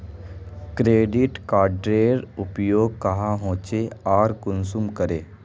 Credit कार्डेर उपयोग क्याँ होचे आर कुंसम करे?